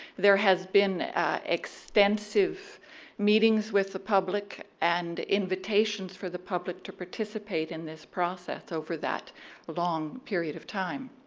there has been extensive meetings with the public and invitations for the public to participate in this process over that long period of time.